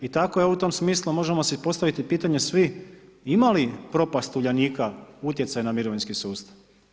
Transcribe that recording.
I tako u tom smislu možemo si postaviti pitanje svi, imali propast Uljanika utjecaj na mirovinski sustav?